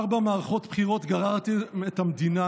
ארבע מערכות בחירות גררתם את המדינה